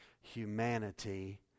humanity